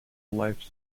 life